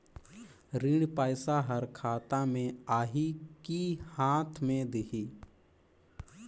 ऋण पइसा हर खाता मे आही की हाथ मे देही?